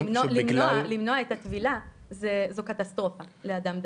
למנוע את הטבילה זו קטסטרופה לאדם דתי.